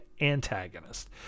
antagonist